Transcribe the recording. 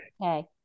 Okay